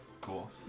cool